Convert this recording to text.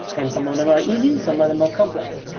and some of them are easy. some of them are complex.